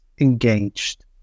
engaged